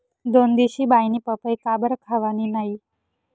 दोनदिशी बाईनी पपई काबरं खावानी नै